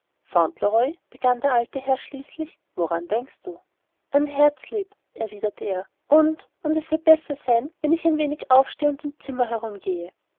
begann der alte herr schließlich woran denkst du an herzlieb erwiderte er und und es wird besser sein wenn ich ein wenig aufstehe und im zimmer herumgehe